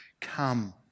come